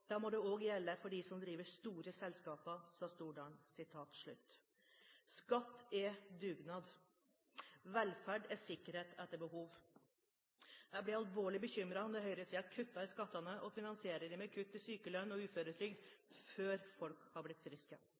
Da må det gjelde også for de som driver store selskaper, sa Stordalen.» Skatt er dugnad. Velferd er sikkerhet etter behov. Jeg blir alvorlig bekymret når høyresiden kutter i skattene og finansierer det med kutt i sykelønn og uføretrygd før folk har blitt friske.